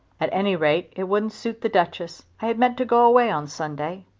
at any rate it wouldn't suit the duchess. i had meant to go away on sunday.